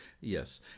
Yes